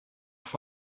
auf